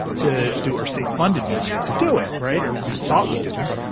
to do our state funded media to do it right. or we thought we didn't.